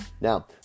Now